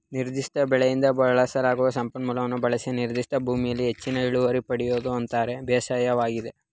ನಿರ್ದಿಷ್ಟ ಬೆಳೆಯಿಂದ ಬಳಸಲಾಗದ ಸಂಪನ್ಮೂಲವನ್ನು ಬಳಸಿ ನಿರ್ದಿಷ್ಟ ಭೂಮಿಲಿ ಹೆಚ್ಚಿನ ಇಳುವರಿ ಪಡಿಯೋದು ಅಂತರ ಬೇಸಾಯವಾಗಿದೆ